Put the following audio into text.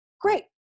great